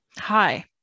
hi